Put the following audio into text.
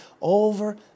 over